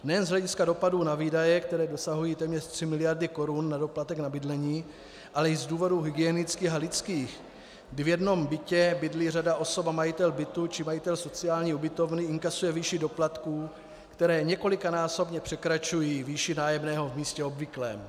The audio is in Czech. Nejen z hlediska dopadů na výdaje, které dosahují téměř 3 mld. korun na doplatek na bydlení, ale i z důvodů hygienických a lidských, kdy v jednom bytě bydlí řada osob a majitel bytu či majitel sociální ubytovny inkasuje výši doplatků, které několikanásobně překračují výši nájemného v místě obvyklém.